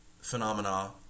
phenomena